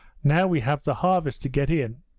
now we have the harvest to get in